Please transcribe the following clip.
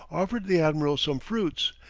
offered the admiral some fruits,